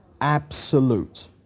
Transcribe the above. absolute